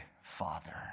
Father